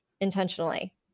intentionally